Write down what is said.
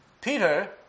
Peter